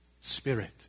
spirit